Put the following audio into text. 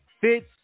Fitz